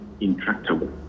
intractable